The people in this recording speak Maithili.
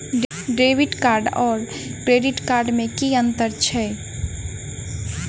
डेबिट कार्ड आओर क्रेडिट कार्ड मे की अन्तर छैक?